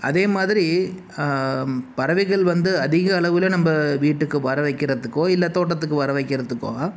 அதேமாதிரி பறவைகள் வந்து அதிக அளவில் நம்ப வீட்டுக்கு வர வைக்கிறதுக்கோ இல்லை தோட்டத்துக்கு வர வைக்கிறதுக்கோ